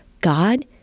God